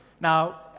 Now